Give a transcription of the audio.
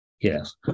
Yes